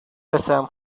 رسم